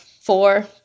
Four